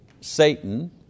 Satan